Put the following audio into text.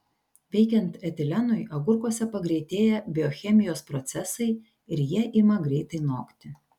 veikiant etilenui agurkuose pagreitėja biochemijos procesai ir jie ima greitai nokti